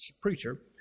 preacher